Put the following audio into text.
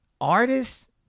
artists